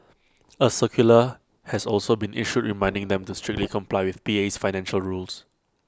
A circular has also been issued reminding them to strictly comply with PA's financial rules